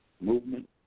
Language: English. movement